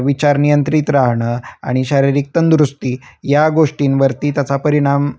विचार नियंत्रित राहणं आणि शारीरिक तंदुरुस्ती या गोष्टींवरती त्याचा परिणाम